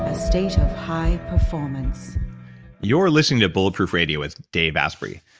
ah state of high performance you're listening to bulletproof radio with dave asprey.